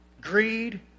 greed